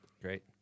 Great